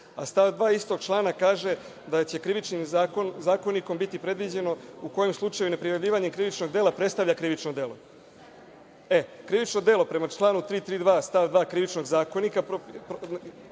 Stav 2. istog člana kaže da će Krivičnim zakonikom biti predviđeno u kojem slučaju neprijavljivanje krivičnog dela predstavlja krivično delo. Krivično delo prema članu 332. stav 2. Krivičnog zakonika